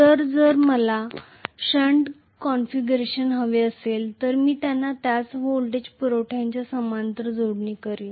तर जर मला शंट कॉन्फिगरेशन हवे असेल तर मी त्यांना त्याच व्होल्टेज पुरवठा च्या समांतर जोडणी करीन